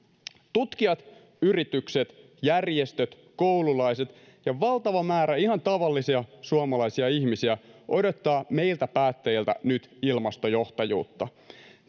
tutkijat yritykset järjestöt koululaiset ja valtava määrä ihan tavallisia suomalaisia ihmisiä odottaa meiltä päättäjiltä nyt ilmastojohtajuutta